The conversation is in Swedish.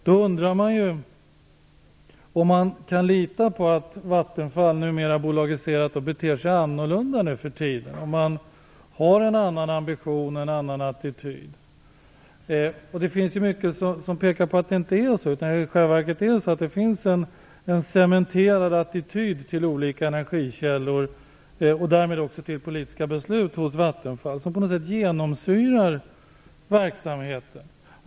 Då undrar man ju om man kan lita på att Vattenfall, numera bolagiserat, beter sig annorlunda nu för tiden och har en annan ambition och attityd. Det finns ju mycket som pekar på att det inte är så, utan att det i själva verket finns en cementerad attityd hos Vattenfall till olika energikällor och därmed också till politiska beslut, som på något sätt genomsyrar verksamheten.